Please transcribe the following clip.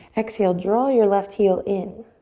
exhale, draw your left heel in.